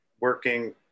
working